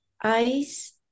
ice